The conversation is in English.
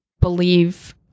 believe